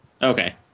okay